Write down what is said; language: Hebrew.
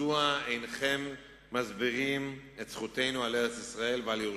מדוע אינכם מסבירים את זכותנו על ארץ-ישראל ועל ירושלים?